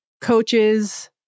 coaches